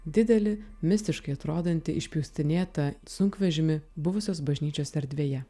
didelį mistiškai atrodantį išpjaustinėtą sunkvežimį buvusios bažnyčios erdvėje